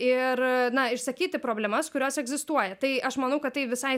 ir išsakyti problemas kurios egzistuoja tai aš manau kad tai visai